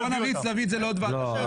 כן,